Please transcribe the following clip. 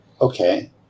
Okay